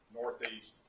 northeast